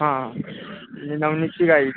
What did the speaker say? हां नी नवनीतची गाईड